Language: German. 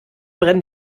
brennen